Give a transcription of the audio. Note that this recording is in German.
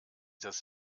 das